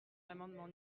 l’amendement